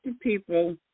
people